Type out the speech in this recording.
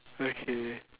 okay